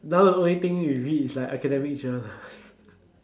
now the only thing you read is like academic junk